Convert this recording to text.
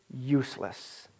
useless